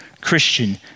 Christian